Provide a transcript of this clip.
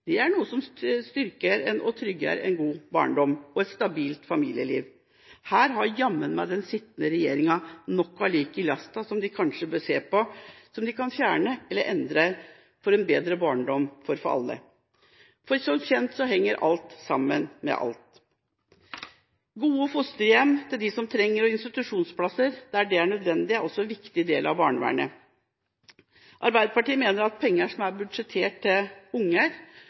de kanskje bør se på, og som de kan fjerne eller endre for en bedre barndom for alle. For som kjent henger alt sammen med alt. Gode fosterhjem til dem som trenger det og institusjonsplasser der det er nødvendig, er også en viktig del av barnevernet. Arbeiderpartiet mener at penger som er budsjettert til